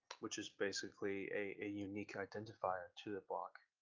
which is basically a unique identifier to the block.